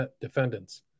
defendants